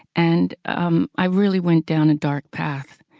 and um i really went down a dark path